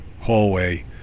hallway